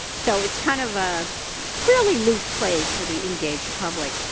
so it's kind of a fairly loose phrase for the engaged public.